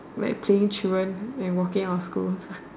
like playing truant and walking out of school